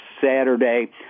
Saturday